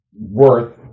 worth